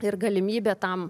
ir galimybė tam